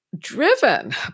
driven